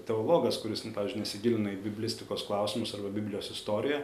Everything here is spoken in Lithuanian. teologas kuris nu pavyzdžiui nesigilina į biblistikos klausimus arba biblijos istoriją